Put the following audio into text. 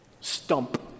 stump